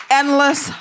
endless